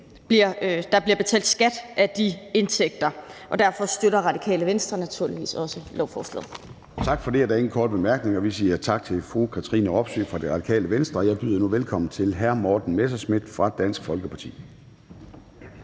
faktisk betalt skat af. Derfor støtter Radikale Venstre naturligvis også lovforslaget. Kl. 10:37 Formanden (Søren Gade): Tak for det. Der er ingen korte bemærkninger. Vi siger tak til fru Katrine Robsøe fra Radikale Venstre. Jeg byder nu velkommen til hr. Morten Messerschmidt fra Dansk Folkeparti.